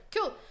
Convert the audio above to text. Cool